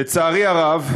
לצערי הרב,